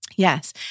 Yes